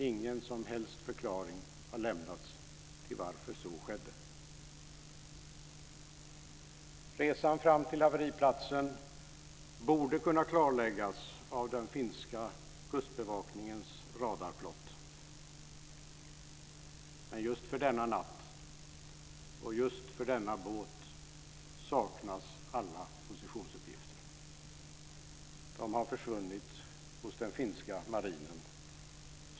Ingen som helst förklaring har lämnats till varför så skedde. Resan fram till haveriplatsen borde kunna klarläggas med den finska kustbevakningens radarplott, men just för denna natt och just för denna båt saknas alla positionsangivelser. De har försvunnit hos den finska marinen.